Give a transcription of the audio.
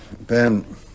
Ben